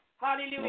hallelujah